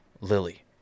Lily